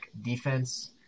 defense